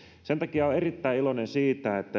sen takia olen erittäin iloinen siitä että